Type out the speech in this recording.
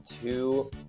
two